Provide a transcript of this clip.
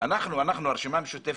הרשימה המשותפת,